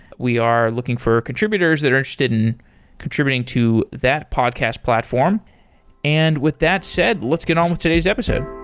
we are looking for contributors that are interested in contributing to that podcast platform and with that said, let's get on with today's episode